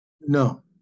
No